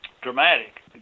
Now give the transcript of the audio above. dramatic